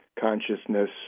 Consciousness